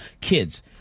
kids